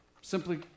simply